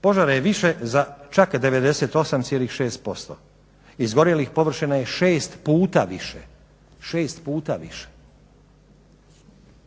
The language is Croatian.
požara je više za čak 98,6%. Izgorjelih površina je 6 puta više.